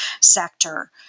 sector